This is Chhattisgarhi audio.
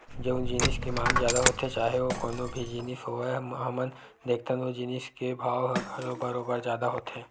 जउन जिनिस के मांग जादा होथे चाहे ओ कोनो भी जिनिस होवय हमन देखथन ओ जिनिस के भाव ह घलो बरोबर जादा होथे